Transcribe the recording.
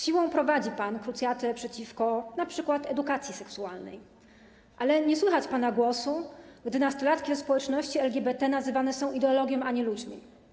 Siłą prowadzi pan krucjatę przeciwko np. edukacji seksualnej, ale nie słychać pana głosu, gdy nastolatki ze społeczności LGBT nazywane są ideologią, a nie ludźmi.